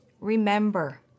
Remember